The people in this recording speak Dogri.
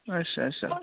अच्छ अच्छा